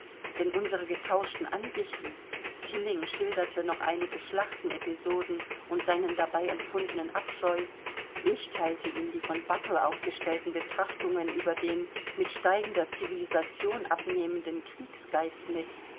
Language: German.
denn unsere getauschten ansichten tilling schilderte noch einige schlachtenepisoden und seinen dabei empfundenen abscheu ich teilte ihm die von buckle aufgestellten betrachtungen über den mit steigender civilisation abnehmenden kriegsgeist mit